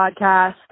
podcast